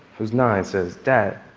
who's nine, says, dad,